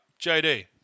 JD